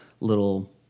little